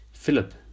Philip